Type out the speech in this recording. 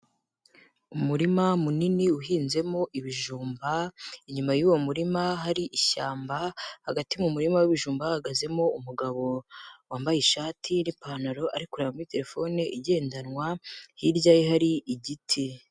Umurima munini uhinzemo ibijumba, inyuma y'uwo murima hari ishyamba, hagati mu murima w'ibijumba hahagazemo umugabo wambaye ishati n'ipantaro ari kureba muri telefone igendanwa hirya ye hari igiti.